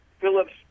Phillips